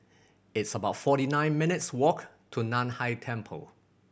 it's about forty nine minutes' walk to Nan Hai Temple